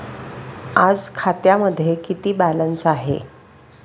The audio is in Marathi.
आज खात्यामध्ये किती बॅलन्स आहे?